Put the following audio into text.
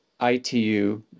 ITU